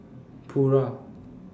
Pura